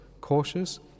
cautious